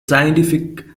scientific